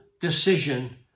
decision